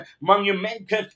monumental